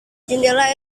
jendela